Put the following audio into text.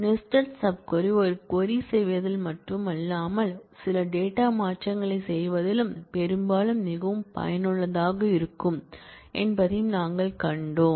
nested subquery ஒரு query செய்வதில் மட்டுமல்லாமல் சில டேட்டா மாற்றங்களைச் செய்வதிலும் பெரும்பாலும் மிகவும் பயனுள்ளதாக இருக்கும் என்பதையும் நாங்கள் கண்டோம்